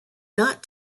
not